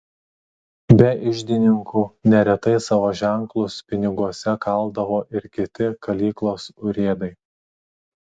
be iždininkų neretai savo ženklus piniguose kaldavo ir kiti kalyklos urėdai